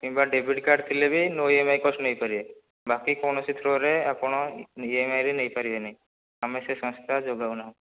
କିମ୍ବା debit card ଥିଲେ ବି no E M I cost ନେଇପାରିବେ ବାକି କୌଣସି ଥ୍ରୋରେ ଆପଣ ଇ ଏମ୍ ଆଇ ରେ ନେଇପାରିବେନି ଆମେ ସେ ସଂସ୍ଥା ଯୋଗାଉ ନାହୁଁ